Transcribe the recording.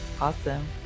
awesome